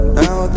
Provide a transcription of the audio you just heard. now